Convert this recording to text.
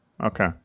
Okay